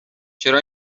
چرا